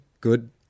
Good